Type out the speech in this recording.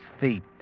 feet